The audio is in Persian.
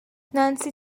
نانسی